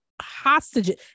hostages